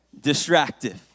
distractive